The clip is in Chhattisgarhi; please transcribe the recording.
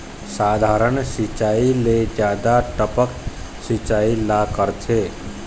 साधारण सिचायी ले जादा टपक सिचायी ला करथे